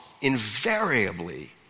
invariably